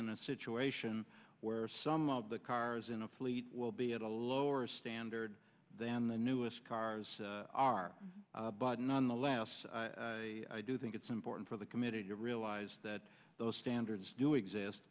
in a situation where some of the cars in a fleet will be at a lower standard than the newest car ours are bad nonetheless i do think it's important for the committee to realize that those standards do exist